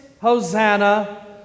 Hosanna